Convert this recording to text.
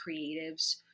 creatives